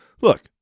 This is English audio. look